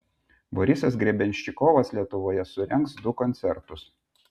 borisas grebenščikovas lietuvoje surengs du koncertus